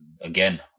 again